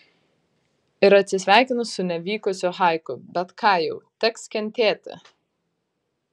ir atsisveikinu su nevykusiu haiku bet ką jau teks kentėti